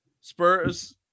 Spurs